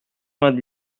vingt